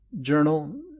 journal